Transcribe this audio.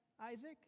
Isaac